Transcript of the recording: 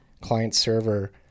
client-server